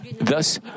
Thus